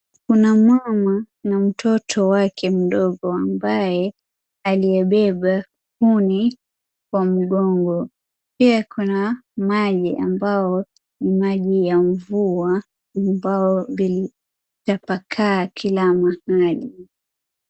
Kuna mama na mtoto wake mdogo ambaye aliyebeba kuni kwa mgongo. Pia kuna na maji ambayo ni maji ya mvua ambayo imetapakaa kila mahali.